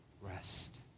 rest